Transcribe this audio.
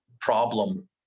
problem